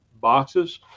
boxes